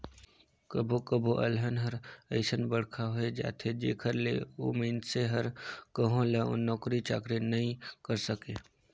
कभो कभो अलहन हर अइसन बड़खा होए जाथे जेखर ले ओ मइनसे हर कहो ल नउकरी चाकरी नइ करे सके